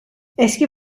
eski